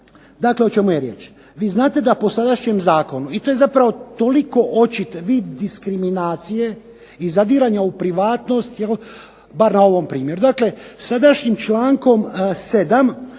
Dakle, o čemu je riječ? Vi znate da po sadašnjem zakonu i to je zapravo toliko očit vid diskriminacije i zadiranja u privatnost bar na ovom primjeru. Dakle, sadašnjim člankom 7.